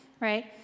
Right